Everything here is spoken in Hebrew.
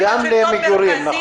אתה מדבר עם השלטון המרכזי?